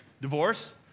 Divorce